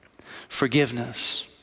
Forgiveness